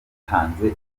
ryatanze